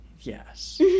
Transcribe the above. Yes